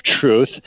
truth